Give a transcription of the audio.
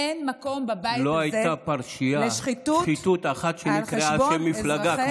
אין מקום בבית הזה לשחיתות על חשבון אזרחי מדינת